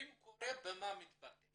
ואם זה קורה, במה זה מתבטא.